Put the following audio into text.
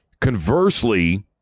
Conversely